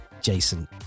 Jason